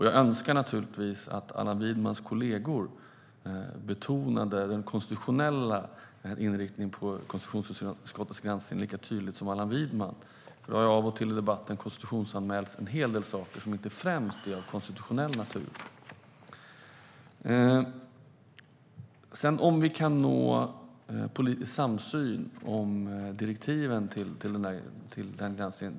Jag skulle naturligtvis önska att Allan Widmans kollegor betonade den konstitutionella inriktningen på konstitutionsutskottets granskning lika tydligt som Allan Widman gör; det har av och till i debatten "konstitutionsanmälts" en hel del saker som inte främst är av konstitutionell natur. Det återstår att se om vi kan nå politisk samsyn om direktiven till den granskningen.